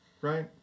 right